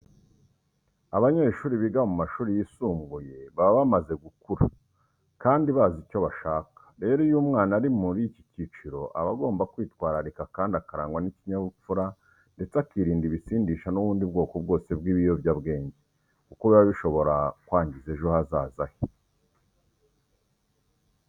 Abanyeshuri biga mu mashuri yisumbuye baba bamaze gukura kandi bazi icyo bashaka. Rero iyo umwana ari muri iki cyiciro aba agomba kwitwararika kandi akarangwa n'ikinyabupfura ndetse akirinda ibisindisha n'ubundi bwoko bwose bw'ibiyobyabwenge kuko biba bishobora kwangiza ejo hazaza he.